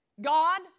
God